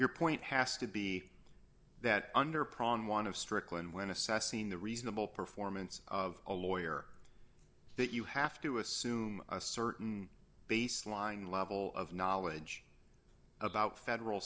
your point has to be that under prong one of strickland when assessing the reasonable performance of a lawyer that you have to assume a certain baseline level of knowledge about federal